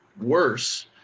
worse